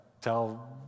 tell